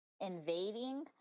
invading